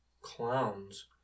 Clowns